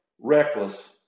reckless